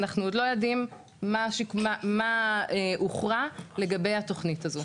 אנחנו עוד לא יודעים מה הוכרע לגבי התוכנית הזו.